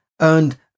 earned